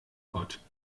gott